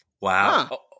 Wow